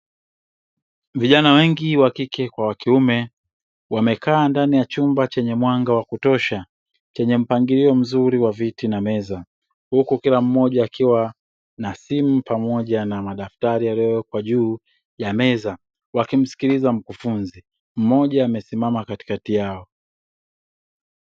Vijana wengi wakike kwa wakiume wamekaa ndani ya chumba chenye mwanga wa kutosha. Chenye mpangilio mzuri wa viti na meza huku kia mmoja akiwa na simu pamoja na madaftari yaliyowekwa juu ya meza, wakimsikiliza mfukufunzi, mmoja amesimama katikati yao.